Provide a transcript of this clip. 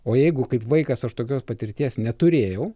o jeigu kaip vaikas aš tokios patirties neturėjau